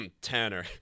Tanner